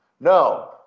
no